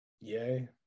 Yay